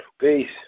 Peace